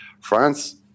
France